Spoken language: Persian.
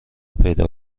پیدا